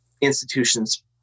institutions